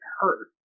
hurt